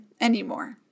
anymore